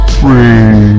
free